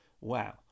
Wow